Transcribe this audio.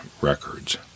records